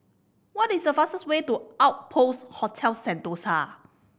what is a fastest way to Outpost Hotel Sentosa